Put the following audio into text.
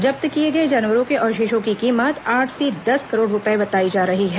जब्त किए गए जानवरों के अवशेषों की कीमत आठ से दस करोड़ रुपये बताई जा रही है